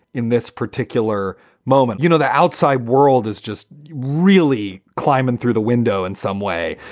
in this particular moment, you know, the outside world is just really climbing through the window in some way,